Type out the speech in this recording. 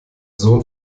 sohn